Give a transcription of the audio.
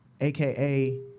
AKA